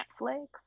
Netflix